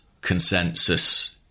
consensus